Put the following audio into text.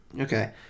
Okay